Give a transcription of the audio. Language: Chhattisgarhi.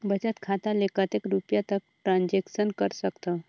बचत खाता ले कतेक रुपिया तक ट्रांजेक्शन कर सकथव?